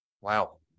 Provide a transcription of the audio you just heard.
Wow